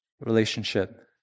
relationship